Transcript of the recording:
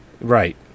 right